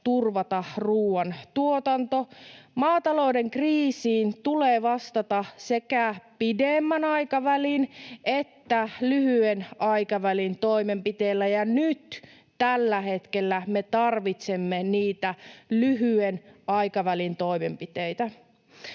turvata ruuantuotanto. Maatalouden kriisiin tulee vastata sekä pidemmän aikavälin että lyhyen aikavälin toimenpiteillä, ja nyt tällä hetkellä me tarvitsemme niitä lyhyen aikavälin toimenpiteitä.